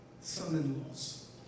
son-in-laws